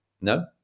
No